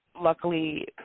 luckily